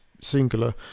singular